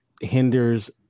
hinders